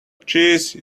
cheese